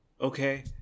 Okay